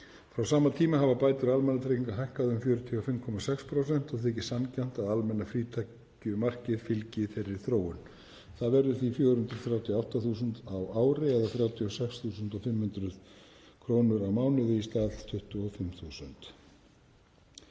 Frá sama tíma hafa bætur almannatrygginga hækkað um 45,6% og þykir sanngjarnt að almenna frítekjumarkið fylgi þeirri þróun. Það verður því 438 þús. kr. á ári eða 36.500 kr. á mánuði í stað 25 þús.